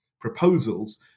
proposals